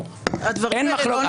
הדברים האלה לא נכונים.